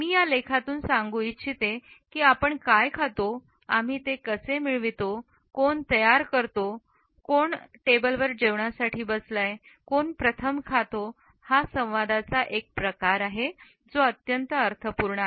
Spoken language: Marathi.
मी या लेखातून सांगू इच्छिते "आपण काय खातो आम्ही ते कसे मिळवतो कोण तयार करतो कोण टेबलवर आहे कोण प्रथम खातो हा संवादाचा एक प्रकार आहे जो अत्यंत अर्थपूर्ण आहे